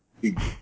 big